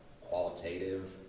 qualitative